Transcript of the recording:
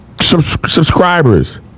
subscribers